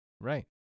Right